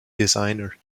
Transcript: designer